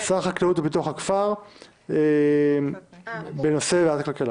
שר החקלאות ופיתוח הכפר ושר הכלכלה